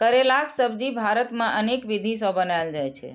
करैलाक सब्जी भारत मे अनेक विधि सं बनाएल जाइ छै